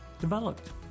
developed